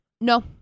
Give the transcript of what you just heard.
No